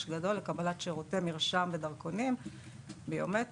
גדול לקבלת שירותי מרשם ודרכונים ביומטריים.